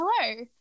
hello